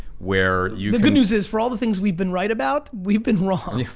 where you the good news is for all the things we've been right about, we've been wrong.